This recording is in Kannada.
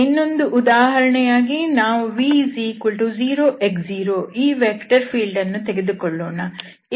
ಇನ್ನೊಂದು ಉದಾಹರಣೆಯಾಗಿ ನಾವು v 0x0ಈ ವೆಕ್ಟರ್ ಫೀಲ್ಡ್ ಅನ್ನು ತೆಗೆದುಕೊಳ್ಳೋಣ